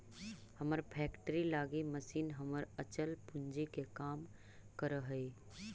हमर फैक्ट्री लगी मशीन हमर अचल पूंजी के काम करऽ हइ